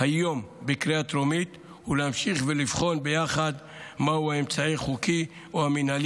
היום בקריאה טרומית ולהמשיך ולבחון יחד מהו האמצעי החוקי או המינהלי